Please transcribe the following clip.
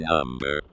Number